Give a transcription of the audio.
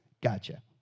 Gotcha